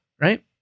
right